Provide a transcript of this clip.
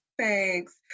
Thanks